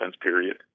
period